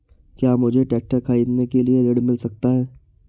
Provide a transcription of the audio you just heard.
क्या मुझे ट्रैक्टर खरीदने के लिए ऋण मिल सकता है?